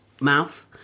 mouth